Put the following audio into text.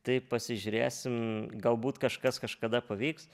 taip pasižiūrėsim galbūt kažkas kažkada pavyks